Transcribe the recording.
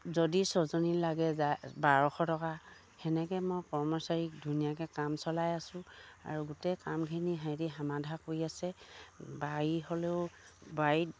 যদি ছজনী লাগে যায় বাৰশ টকা সেনেকে মই কৰ্মচাৰীক ধুনীয়াকে কাম চলাই আছোঁ আৰু গোটেই কামখিনি সেহেঁতি সমাধা কৰি আছে বাৰী হ'লেও বাৰীত